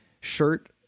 shirt